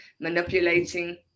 manipulating